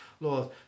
Lord